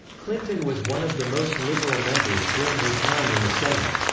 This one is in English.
clinton was one of the most liberal members during her time in the senate.